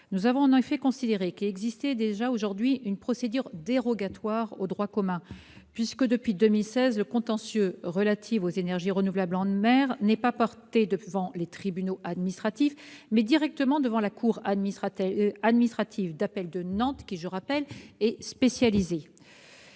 Nous avons en effet considéré qu'il existait déjà une procédure dérogatoire au droit commun : depuis 2016, le contentieux relatif aux énergies renouvelables en mer n'est pas porté devant les tribunaux administratifs, mais directement devant la cour administrative d'appel de Nantes, spécialisée